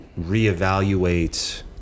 reevaluate